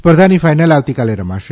સ્પર્ધાની ફાઈનલ આવતીકાલે રમાશે